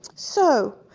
so,